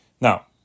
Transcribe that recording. Now